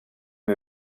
med